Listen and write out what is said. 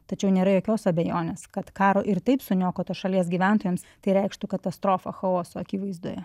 tačiau nėra jokios abejonės kad karo ir taip suniokotos šalies gyventojams tai reikštų katastrofą chaoso akivaizdoje